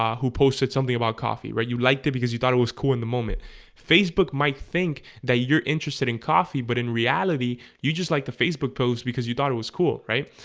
who posted something about coffee right you liked it because you thought it was cool in the moment facebook might think that you're interested in coffee but in reality you just like the facebook post because you thought it was cool, right?